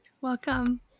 Welcome